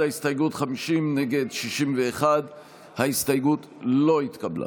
ההסתייגות, 50, נגד, 61. ההסתייגות לא התקבלה.